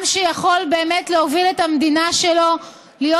עם שיכול באמת להוביל את המדינה שלו להיות